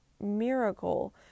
miracle